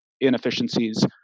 inefficiencies